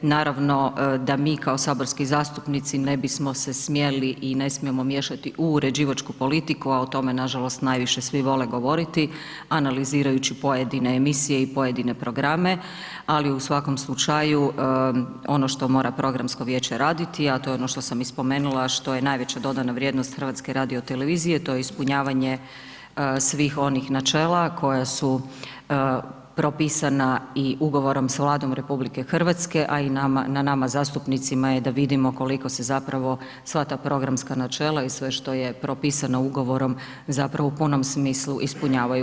Naravno da mi kao saborski zastupnici ne bismo se smjeli i ne smijemo miješati u uređivačku politiku, a o tome nažalost najviše svi vole govoriti analizirajući pojedine emisije i pojedine programe, ali u svakom slučaju ono što mora programsko vijeće raditi, a to je ono što sam i spomenula, što je najveća dodana vrijednost HRT-a, to je ispunjavanje svih onih načela koja su propisana i ugovorom s Vladom RH, a i na nama zastupnicima je da vidimo koliko se zapravo sva ta programska načela i sve što je propisano ugovorom zapravo u punom smislu ispunjavaju.